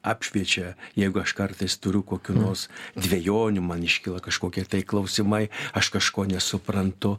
apšviečia jeigu aš kartais turiu kokių nors dvejonių man iškyla kažkokie klausimai aš kažko nesuprantu